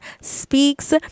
Speaks